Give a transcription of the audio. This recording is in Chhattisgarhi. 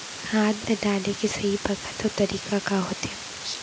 खाद ल डाले के सही बखत अऊ तरीका का होथे?